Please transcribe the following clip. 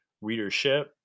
readership